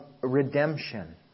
redemption